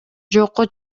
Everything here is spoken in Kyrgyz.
жокко